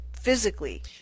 physically